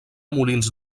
molins